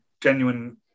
genuine